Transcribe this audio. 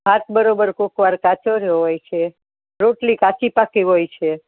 ભાત બરાબર કોઈકવાર કાચો જ હોય છે રોટલી કાચી પાકી હોય છે